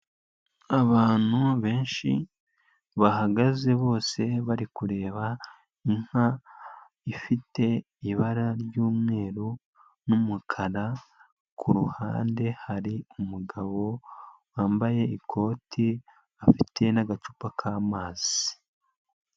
Abantu benshi bahagaze bose bari kureba inka ifite ibara ry'umweru n'umukara, ku ruhande hari umugabo wambaye ikoti, afite n'agacupa k'amazi.